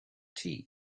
tea